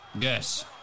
Yes